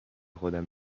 خودم